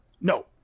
No